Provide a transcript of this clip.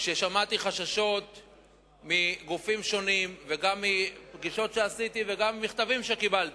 שמעתי חששות מגופים שונים וגם בפגישות שעשיתי וגם ממכתבים שקיבלתי,